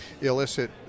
illicit